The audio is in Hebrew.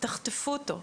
תחטפו אותו,